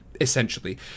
essentially